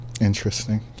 Interesting